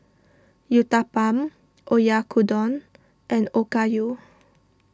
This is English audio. Uthapam Oyakodon and Okayu